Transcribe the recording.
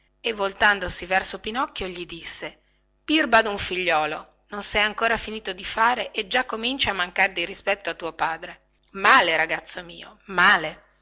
e voltandosi verso pinocchio gli disse birba dun figliuolo non sei ancora finito di fare e già cominci a mancar di rispetto a tuo padre male ragazzo mio male